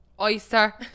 oyster